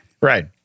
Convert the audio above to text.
Right